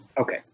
okay